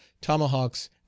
tomahawks